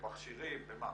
במכשירים.